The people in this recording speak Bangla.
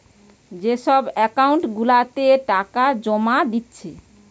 যে সব একাউন্ট গুলাতে টাকা জোমা দিচ্ছে